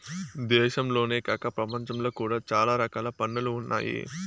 దేశంలోనే కాక ప్రపంచంలో కూడా చాలా రకాల పన్నులు ఉన్నాయి